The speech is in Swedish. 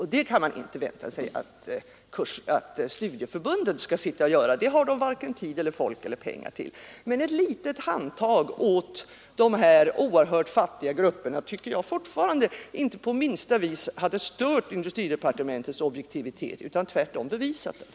Och detta kan man inte vänta sig att studieförbunden skall göra; det har de varken tid eller folk eller pengar till. Men ett litet handtag åt de här oerhört fattiga grupperna tycker jag fortfarande inte på minsta vis skulle ha stört industridepartementets objektivitet utan tvärtom bevisat den.